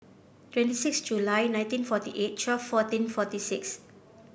twenty six July nineteen forty eight twelve fourteen forty six